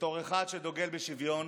ובתור אחד שדוגל בשוויון,